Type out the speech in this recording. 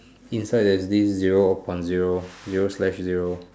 inside there's this zero on zero zero slash zero